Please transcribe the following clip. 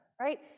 right